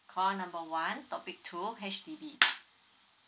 call number one topic two H_D_B